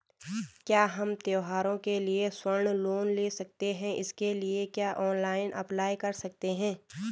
क्या हम त्यौहारों के लिए स्वर्ण लोन ले सकते हैं इसके लिए क्या ऑनलाइन अप्लाई कर सकते हैं?